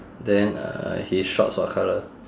then uh his shorts what colour